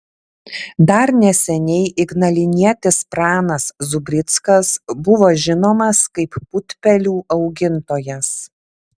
dar neseniai ignalinietis pranas zubrickas buvo žinomas kaip putpelių augintojas